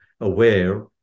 aware